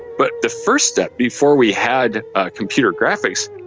but the first step, before we had ah computer graphics,